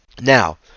now